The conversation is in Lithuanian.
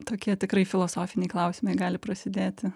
tokie tikrai filosofiniai klausimai gali prasidėti